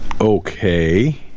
Okay